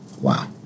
wow